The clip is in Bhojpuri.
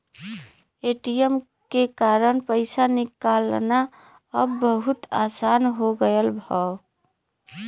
ए.टी.एम के कारन पइसा निकालना अब बहुत आसान हो गयल हौ